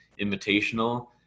Invitational